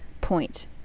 point